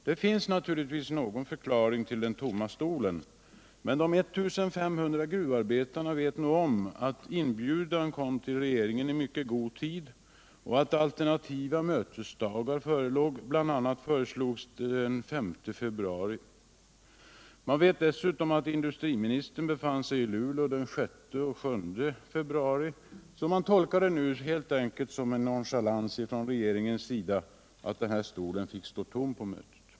| Det finns naturligtvis någon förklaring till den tomma stolen. Men de 1 500 gruvarbetarna vet om att inbjudan kom till regeringen i mycket god tid och att alternativa mötesdagar förelåg, bl.a. föreslogs den 35 februari. Man vet dessutom att industriministern befann sig i Luleå den 6 och 7 februari, så man tolkar det helt enkelt som nonchalans från regeringens sida att denna stol fick stå tom på mötet.